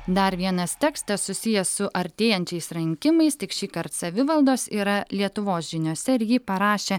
dar vienas tekstas susijęs su artėjančiais rinkimais tik šįkart savivaldos yra lietuvos žiniose ir jį parašė